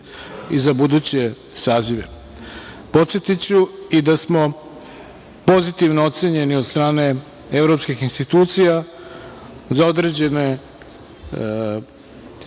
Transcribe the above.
i za buduće sazive. Podsetiću da smo pozitivno ocenjeni od strane evropskih institucija za određen